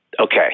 okay